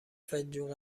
فنجون